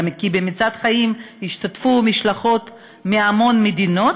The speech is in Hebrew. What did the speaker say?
כי ב"מצעד החיים" השתתפו משלחות מהמון מדינות.